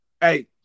Hey